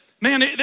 man